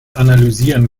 analysieren